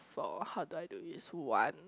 for how do I do is one